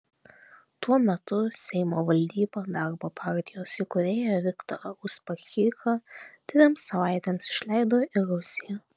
tuo metu seimo valdyba darbo partijos įkūrėją viktorą uspaskichą trims savaitėms išleido į rusiją